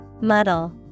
Muddle